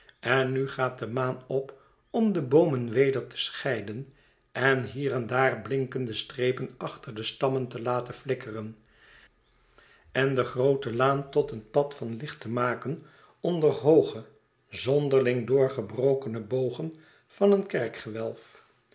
en nu gaat de maan op om de boomen weder te scheiden en hier en daar blinkende strepen achter de stammen te laten flikkeren en de groote laan tot een pad van licht te maken onder hooge zonderling doorgebrokene bogen van een